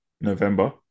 November